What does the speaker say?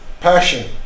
Passion